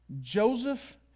Joseph